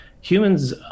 humans